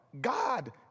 God